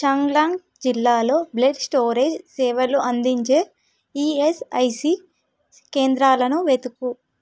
చంగ్లంగ్ జిల్లాలో blood storage సేవలు అందించే ఈఎస్ఐసి కేంద్రాలను వెతుకు